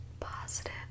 positive